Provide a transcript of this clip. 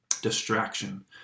Distraction